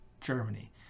germany